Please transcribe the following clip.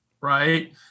right